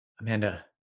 Amanda